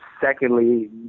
secondly